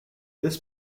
this